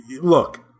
look